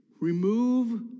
remove